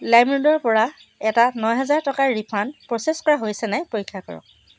লাইমৰোডৰ পৰা এটা ন হেজাৰ টকাৰ ৰিফাণ্ড প্ৰ'চেছ কৰা হৈছেনে নাই পৰীক্ষা কৰক